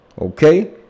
Okay